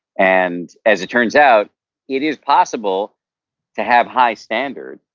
and as it turns out it is possible to have high standards,